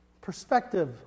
Perspective